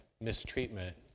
mistreatment